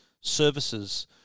services